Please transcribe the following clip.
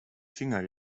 finger